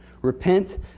Repent